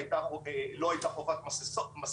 שבהן לא הייתה חובת מסיכות,